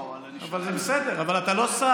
לא, אבל אני, אבל זה בסדר, אתה לא שר.